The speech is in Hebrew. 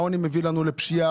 העוני מביא לנו לפשיעה,